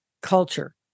culture